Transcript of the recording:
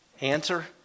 Answer